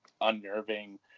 unnerving